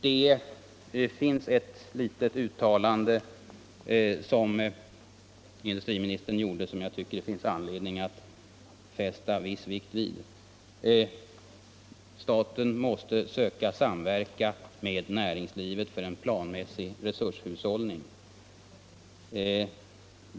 Industriministern gjorde ett litet uttalande som jag tycker det finns anledning att fästa viss vikt vid: Staten måste söka samverka med näringslivet för en planmässig resurshushållning.